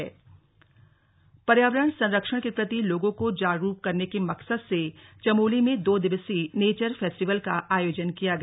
nature festival पर्यावरण संरक्षण के प्रति लोगों को जागरूक करने के मकसद से चमोली में दो दिवसीय नेचर फेस्टिवल का आयोजन किया गया